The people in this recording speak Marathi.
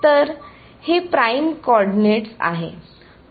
तर हे प्राइम्ड कोऑर्डिनेट्स आहे